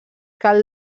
cal